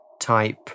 type